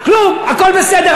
כלום, הכול בסדר.